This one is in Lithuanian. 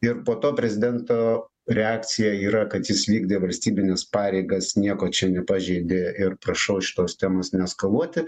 ir po to prezidento reakcija yra kad jis vykdė valstybines pareigas nieko čia nepažeidė ir prašau tos temos neeskaluoti